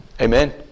Amen